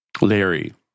Larry